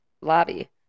Lobby